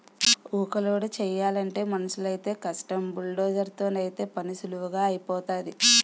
ఊక లోడు చేయలంటే మనుసులైతేయ్ కష్టం బుల్డోజర్ తోనైతే పనీసులువుగా ఐపోతాది